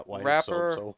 wrapper